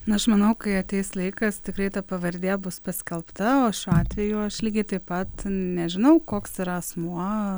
na aš manau kai ateis laikas tikrai ta pavardė bus paskelbta o šiuo atveju aš lygiai taip pat nežinau koks yra asmuo